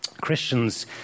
Christians